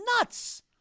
nuts